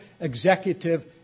executive